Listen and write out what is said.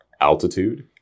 altitude